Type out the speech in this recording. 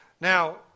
Now